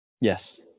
Yes